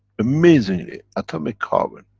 amazingly, atomic carbon.